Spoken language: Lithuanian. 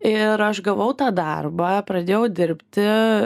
ir aš gavau tą darbą pradėjau dirbti